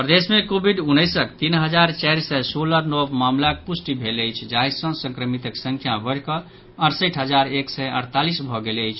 प्रदेश मे कोविड उन्नैसक तीन हजार चारि सय सोलह नव मामिलाक पुष्टि भेल अछि जाहि सँ संक्रमितक संख्या बढ़ि कऽ अड़सठि हजार एक सय अड़तालीस भऽ गेल अछि